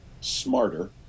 smarter